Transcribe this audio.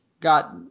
got